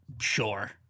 sure